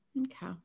okay